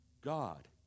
God